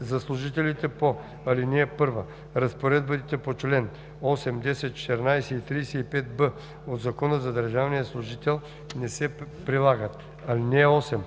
За служителите по ал. 1 разпоредбите на чл. 8, 10, 14 и 35б от Закона за държавния служител не се прилагат. (8)